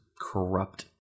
corrupt